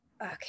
Okay